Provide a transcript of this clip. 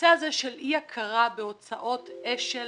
הנושא הזה של אי הכרה בהוצאות אש"ל